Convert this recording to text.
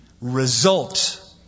result